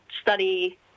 study